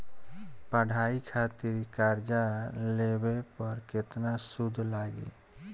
पढ़ाई खातिर कर्जा लेवे पर केतना सूद लागी?